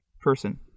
person